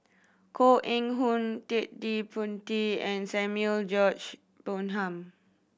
Koh Eng Hoon Ted De Ponti and Samuel George Bonham